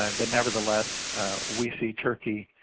um but nevertheless we see turkey